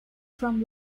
from